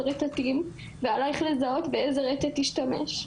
רטטים ועלייך לזהות באיזה רטט השתמש.